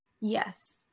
Yes